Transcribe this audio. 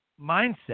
mindset